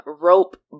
Rope